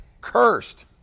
cursed